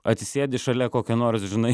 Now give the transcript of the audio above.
atsisėdi šalia kokio nors žinai